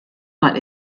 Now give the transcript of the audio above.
mal